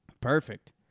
Perfect